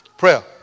Prayer